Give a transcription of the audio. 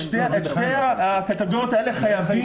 את שתי העוולות הללו חייבים לתקן.